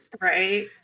Right